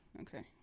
Okay